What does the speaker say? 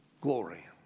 glory